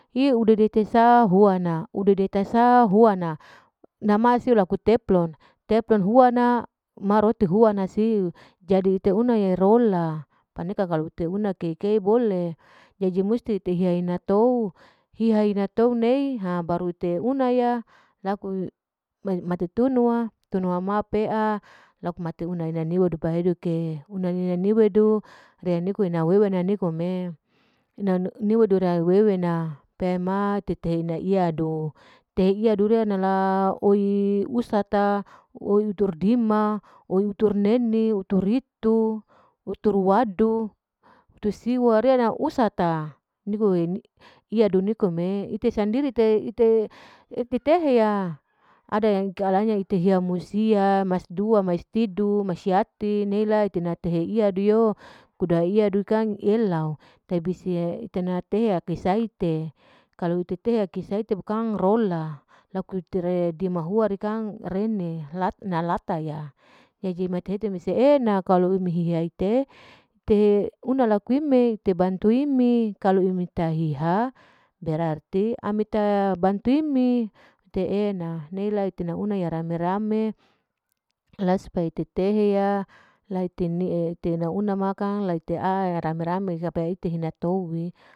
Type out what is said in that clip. Hihi udaetesa huana uda detesa huana nama siu laku tefpon, teplon huana ma riti huana siu, jadi ite una yarola, paneka kalu ite una mi kei bole, jadi musti tehiya ina tou, hehina tou nei, ha baru ite unaya laku ma mati tunu ma pea laku mati tunu una nuwedu, pehiduke ina niwedu riya niko ina wewena, nikome, ina riwedu riala wewena peama tete inda niwedu, teiyadu laoi husata, oi tur dima, oi tur neni, huturitu, huturuaddu, hutusewa, rewana, husata, liadu nikome ite sandiri ite peheya, ada yang tanya usia musia, mas dua, mas tidu, mas yati neila itea nalaiya idio, iyadu kang elau, tabisa itena tehya kisaite kalo bukang rola laku iter rimahua rekang tahya, jadi mate hete mese e'ena, kalu imi hihiai ite, ite una laku imi te bantu imi kalu imi tahya berarti ami te ena ta bantu imi, iti e'ena pea rame rame la supaya ite tehya inie ite nauna ma kang, la ite a rame rame sape ite ina tohye